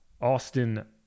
Austin